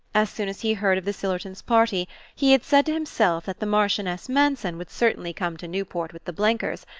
as soon as he heard of the sillerton's party he had said to himself that the marchioness manson would certainly come to newport with the blenkers,